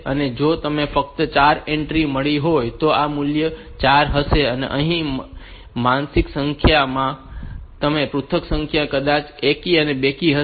તેથી જો મને ફક્ત 4 એન્ટ્રી મળી હોય તો આ મૂલ્ય 4 હશે અને અહીં મને વાસ્તવિક સંખ્યાઓ મળી છે અને આ પૃથક સંખ્યાઓ કદાચ એકી અથવા બેકી હશે